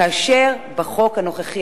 כאשר בחוק הנוכחי,